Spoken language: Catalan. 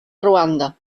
ruanda